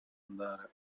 andare